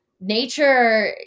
nature